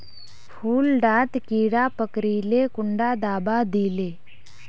फुल डात कीड़ा पकरिले कुंडा दाबा दीले?